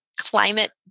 climate